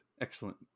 Excellent